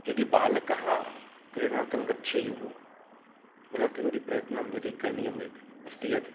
यदि बालकः क्रीडनार्थं गच्छेयुः तदर्थम् इति प्रयत्नं यदि करणीयम् इति अस्ति यत्